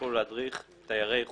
יוכלו להדריך תיירי חוץ.